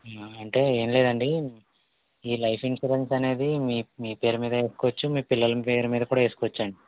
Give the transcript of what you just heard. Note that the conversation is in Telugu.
అంటే ఏం లేదండీ ఈ లైఫ్ ఇన్సూరెన్స్ అనేది మీ పేరు మీద వేసుకోవచ్చు మీ పిల్లల పేరు మీద కూడా వేసుకోవచ్చండి